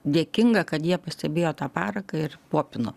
dėkinga kad jie pastebėjo tą paraką ir popino